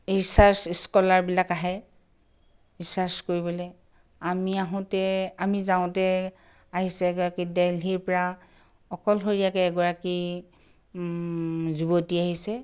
research স্কলাৰবিলাক আহে research কৰিবলৈ আমি আহোঁতে আমি যাওঁতে আহিছে এগৰাকী দেল্হিৰ পৰা অকলশৰীয়াকৈ এগৰাকী যুৱতী আহিছে